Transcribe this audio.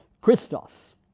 Christos